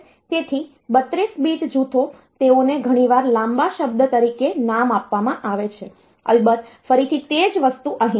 તેથી 32 બીટ જૂથો તેઓને ઘણીવાર લાંબા શબ્દ તરીકે નામ આપવામાં આવે છે અલબત્ત ફરીથી તે જ વસ્તુ અહીં છે